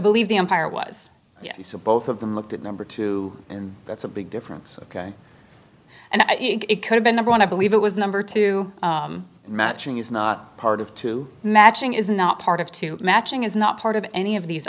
believe the empire was so both of them looked at number two and that's a big difference ok and i think it could've been number one i believe it was number two matching is not part of two matching is not part of two matching is not part of any of these